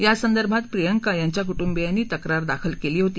यासंदर्भात प्रियंका यांच्या कुटुंबियांनी तक्रार दाखल केली होती